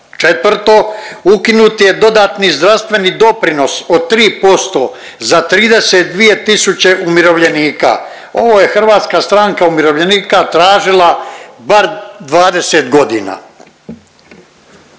Četvto, ukinut je dodatni zdravstveni doprinos od 3% za 32 tisuće umirovljenika. Ovo je HSU tražila bar 20 godina.